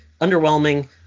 underwhelming